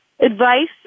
advice